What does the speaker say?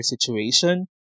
situation